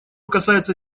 касается